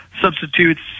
substitutes